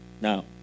Now